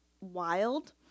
wild